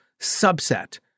subset